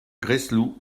gresloup